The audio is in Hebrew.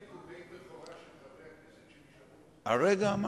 הצעות דחופות שמספרן 126, 130, 131, 133 ו-138.